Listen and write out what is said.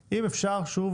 שוב,